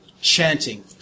chanting